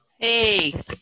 Hey